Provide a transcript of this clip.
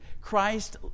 Christ